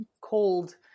cold